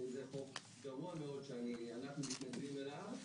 זה חוק גרוע מאוד שאנחנו מתנגדים אליו.